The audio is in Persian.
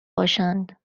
باشند